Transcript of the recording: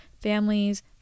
families